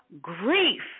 grief